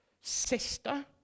Sister